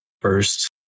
First